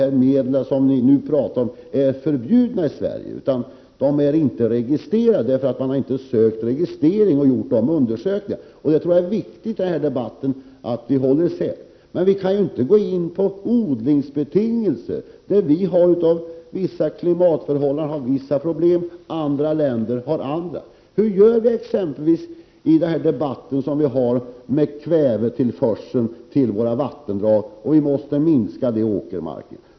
Alla medel som ni nu talar om här är inte förbjudna i Sverige. Det är bara det att de inte är registrerade. Man har nämligen inte ansökt om registrering. Inte heller har de undersökningar gjorts som behövs. Jag tror att det är viktigt för den här debatten att vi har detta i åtanke. Vi kan inte gå in på odlingsbetingelserna. Till följd av vissa klimatförhållanden har vi speciella problem, medan andra länder har andra problem. Hur gör vi exempelvis när det gäller kvävetillförseln till våra vattendrag, som det ju också förs en debatt om? Vi måste ju minska tillförseln av kväve till åkermarken.